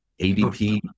ADP